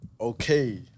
Okay